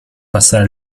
passare